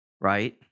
right